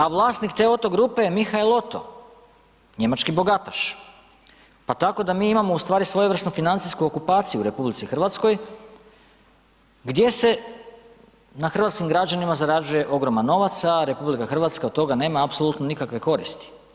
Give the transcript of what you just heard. A vlasnik te OTTO grupe je Michael Otto, njemački bogataš pa tako da mi imamo ustvari svojevrsnu financijsku okupaciju u RH gdje se na hrvatskim građanima zarađuje ogroman novac a RH od toga nema apsolutno nikakve koristi.